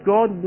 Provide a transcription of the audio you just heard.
God